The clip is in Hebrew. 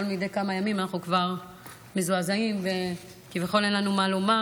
מדי כמה ימים אנחנו כבר מזועזעים וכביכול אין לנו מה לומר,